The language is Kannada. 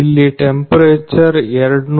ಇಲ್ಲಿ ಟೆಂಪರೇಚರ್ 240